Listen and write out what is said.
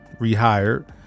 rehired